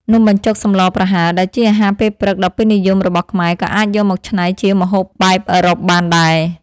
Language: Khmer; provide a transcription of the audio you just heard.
នំបញ្ចុកសម្លប្រហើរដែលជាអាហារពេលព្រឹកដ៏ពេញនិយមរបស់ខ្មែរក៏អាចយកមកច្នៃជាម្ហូបបែបអឺរ៉ុបបានដែរ។